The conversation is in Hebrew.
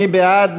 מי בעד?